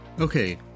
Okay